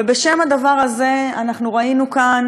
ובשם הדבר הזה אנחנו ראינו כאן,